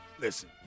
listen